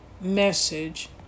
message